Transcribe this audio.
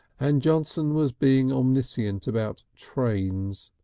and johnson was being omniscient about trains.